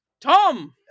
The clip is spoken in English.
Tom